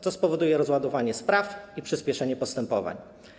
To spowoduje rozładowanie spraw i przyspieszenie postępowań.